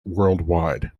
worldwide